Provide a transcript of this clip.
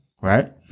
right